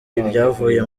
ibyavuye